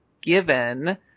given